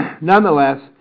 nonetheless